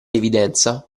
evidenza